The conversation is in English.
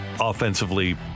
offensively